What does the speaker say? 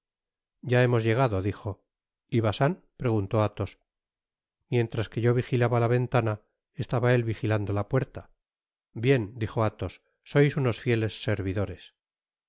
ya hemos llegado dijo i j i t y bacin preguntó athos w mientras que yo vigilaba la ventana estaba él vigilando la puerta bien jijo atnos sois unos fieles servidores